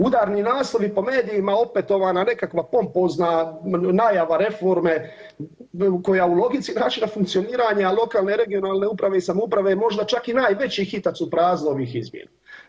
Udarni naslovi po medijima opetovana nekakva pompozna najava reforme koja u logici načina funkcioniranja lokalne i regionalne uprave i samouprave je možda čak i najveći hitac u prazno ovih izmjena.